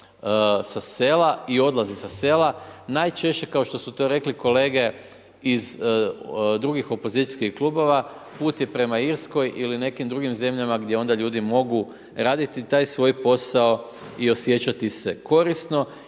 sa sela i odlazi sa sela. Najčešće kao što su to rekli kolege iz drugih opozicijskih klubova, put je prema Irskoj ili nekim drugim zemljama gdje onda ljudi mogu raditi taj svoj posao i osjećati se korisno